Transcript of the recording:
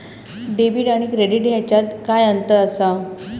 Debit आणि credit ह्याच्यात काय अंतर असा?